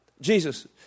Jesus